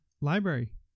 library